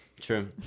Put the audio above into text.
true